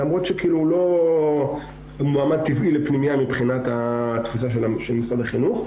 למרות שהוא לא מועמד טבעי לפנימייה מבחינת התפיסה של משרד החינוך,